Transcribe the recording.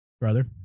Brother